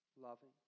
loving